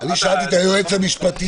אני שאלתי את היועץ המשפטי,